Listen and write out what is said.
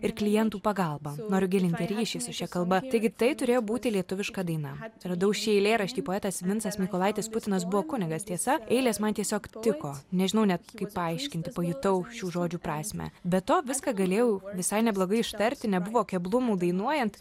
ir klientų pagalba noriu gilinti ryšį su šia kalba taigi tai turėjo būti lietuviška daina radau šį eilėraštį poetas vincas mykolaitis putinas buvo kunigas tiesa eilės man tiesiog tiko nežinau net kaip paaiškinti pajutau šių žodžių prasmę be to viską galėjau visai neblogai ištarti nebuvo keblumų dainuojant